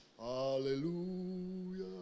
hallelujah